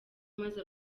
maze